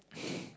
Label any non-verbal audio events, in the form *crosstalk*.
*breath*